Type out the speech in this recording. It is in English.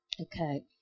okay